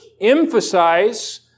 emphasize